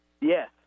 Yes